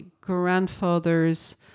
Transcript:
grandfather's